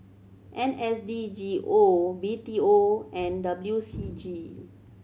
N S D G O B T O and W C G